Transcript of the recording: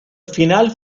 final